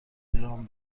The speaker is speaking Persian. درام